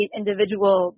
individual